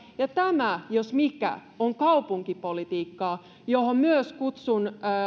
ja tämä jos mikä on kaupunkipolitiikkaa johon kutsun myös